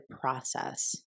process